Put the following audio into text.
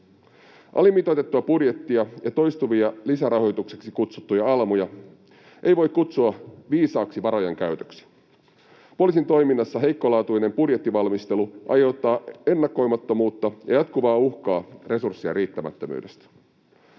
Alimitoitettua budjettia ja toistuvia lisärahoitukseksi kutsuttuja almuja ei voi kutsua viisaaksi varojen käytöksi. Poliisin toiminnassa heikkolaatuinen budjettivalmistelu aiheuttaa ennakoimattomuutta ja jatkuvaa uhkaa resurssien riittämättömyydestä.